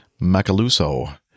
Macaluso